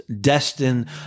destined